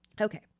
Okay